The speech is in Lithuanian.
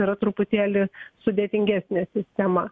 yra truputėlį sudėtingesnė sistema